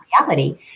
reality